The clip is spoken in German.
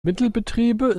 mittelbetriebe